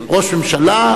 ראש ממשלה,